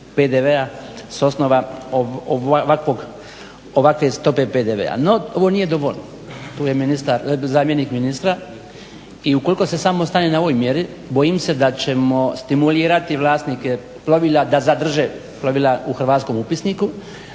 PDV-a s osnova ovakve stope PDV-a. No, ovo nije dovoljno. Tu je zamjenik ministra i ukoliko se samo stane na ovoj mjeri bojim se da ćemo stimulirati vlasnike plovila da zadrže plovila u hrvatskom upisniku.